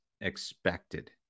expected